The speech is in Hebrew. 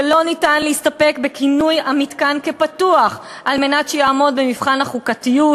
שאין אפשרות להסתפק בכינוי המתקן "פתוח" כדי שיעמוד במבחן החוקתיות,